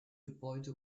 gebäude